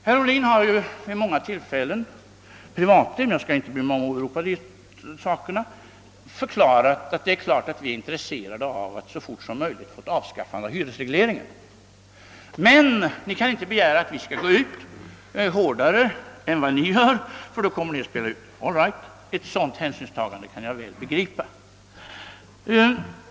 Herr Ohlin har vid många tillfällen privatim — jag skall inte bry mig om att här närmare redogöra för det — förklarat att han vore intresserad av att så fort som möjligt få hyresregleringen avskaffad men att vi väl inte kunde begära att hans parti skulle gå ut hårdare än vad vi gjorde. All right, ett sådant hänsynstagande kan jag väl begripa.